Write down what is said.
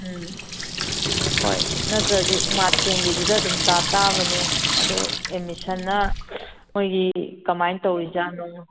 ꯎꯝ ꯍꯣꯏ ꯅꯠꯇ꯭ꯔꯗꯤ ꯎꯃꯥꯊꯦꯟꯒꯤꯁꯤꯗ ꯑꯗꯨꯝ ꯇꯥ ꯇꯥꯕꯅꯦ ꯑꯗꯨ ꯑꯦꯠꯃꯤꯁꯟꯅ ꯃꯣꯏꯒꯤ ꯀꯃꯥꯏꯅ ꯇꯧꯔꯤꯖꯥꯠꯅꯣ